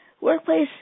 workplace